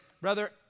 brother